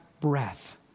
breath